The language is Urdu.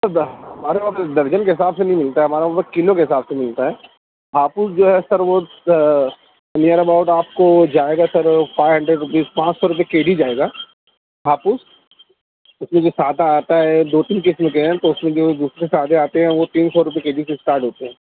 ہمارے وہاں یہ درجن کے حساب سے نہیں ملتا ہمارے ادھر کلو کے حساب سے ملتا ہے ہاپس جو ہے سر وہ نیر اباؤٹ آپ کو جائے گا سر فائیو ہنڈریڈ روپیز پانچ سو روپے کے جی جائے گا ہاپس اس میں جو سادہ آتا ہے دو تین قسم کے ہیں تو اس میں جو ہے دوسرے سے آگے آتے ہیں وہ تین سو روپے کے ج ی سے اسٹاٹ ہوتے ہیں